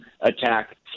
attack